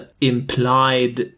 implied